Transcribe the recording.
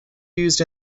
used